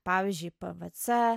pavyzdžiui pvc